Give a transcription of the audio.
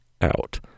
out